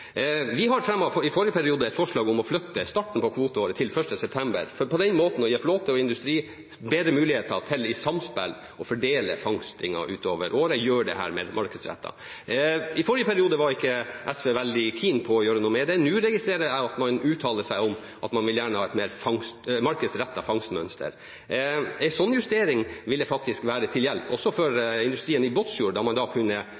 forrige periode et forslag om å flytte starten på kvoteåret til 1. september, for på den måten å gi flåte og industri bedre muligheter til i samspill å fordele fangsten utover året – gjøre dette mer markedsrettet. I forrige periode var ikke SV veldig «keen» på å gjøre noe med det. Nå registrerer jeg at man uttaler seg om at man vil gjerne ha et mer markedsrettet fangstmønster. En sånn justering ville faktisk være til hjelp også for industrien i Båtsfjord, da man da kunne